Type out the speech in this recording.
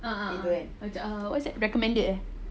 ah ah macam recommended